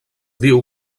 diu